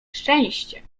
szczęście